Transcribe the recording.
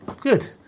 good